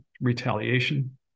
retaliation